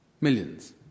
millions